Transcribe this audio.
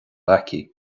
aici